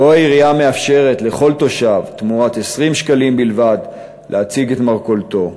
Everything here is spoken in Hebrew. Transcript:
שבו העירייה מאפשרת לכל תושב תמורת 20 שקלים בלבד להציג את מרכולתו.